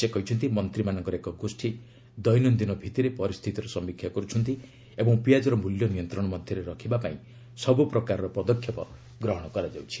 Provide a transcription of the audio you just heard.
ସେ କହିଛନ୍ତି ମନ୍ତ୍ରୀମାନଙ୍କର ଏକ ଗୋଷୀ ଦୈନ୍ୟନ୍ଦିନ ଭିତ୍ତିରେ ପରିସ୍ଥିତିର ସମୀକ୍ଷା କରୁଛନ୍ତି ଓ ପିଆଜର ମୂଲ୍ୟ ନିୟନ୍ତ୍ରଣ ମଧ୍ୟରେ ରଖିବା ପାଇଁ ସବୁ ପ୍ରକାରର ପଦକ୍ଷେପ ନେଉଛନ୍ତି